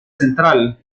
central